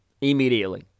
Immediately